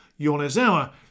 Yonezawa